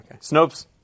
Snopes